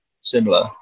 similar